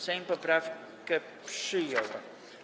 Sejm poprawkę przyjął.